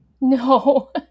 No